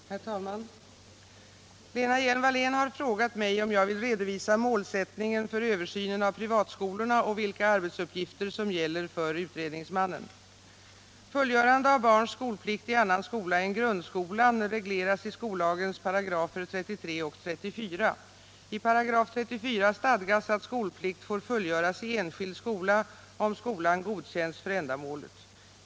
Herr talman! Lena Hjelm-Wallén har frågat mig om jag vill redovisa målsättningen för översynen av privatskolorna och vilka arbetsuppgifter som gäller för utredningsmannen. Fullgörande av barns skolplikt i annan skola än grundskolan regleras i skollagens § 33 och 34. I § 34 stadgas att skolplikt får fullgöras i enskild skola, om skolan godkänts för ändamålet.